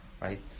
right